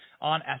on